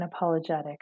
unapologetic